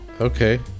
okay